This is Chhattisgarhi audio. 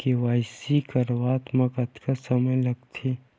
के.वाई.सी करवात म कतका समय लगथे?